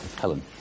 Helen